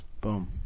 Boom